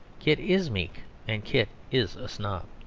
kit is meek and kit is a snob.